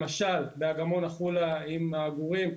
למשל באגמון החולה עם העגורים,